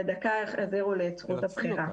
לדקה החזירו לי את זכות הבחירה".